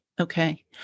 Okay